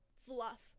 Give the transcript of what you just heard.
fluff